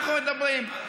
אנחנו מדברים.